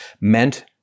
meant